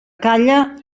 calla